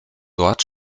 dort